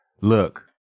Look